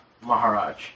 Maharaj